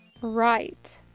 right